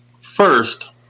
First